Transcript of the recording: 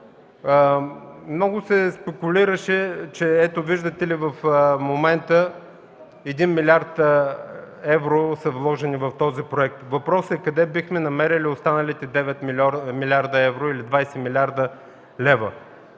Много се спекулираше, че ето, виждате ли, в момента 1 милиард евро са вложени в този проект. Въпросът е: къде бихме намерили останалите 9 млрд. евро, или 20 млрд. лева?